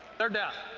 third down.